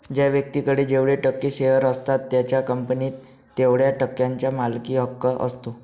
ज्या व्यक्तीकडे जेवढे टक्के शेअर असतात त्याचा कंपनीत तेवढया टक्क्यांचा मालकी हक्क असतो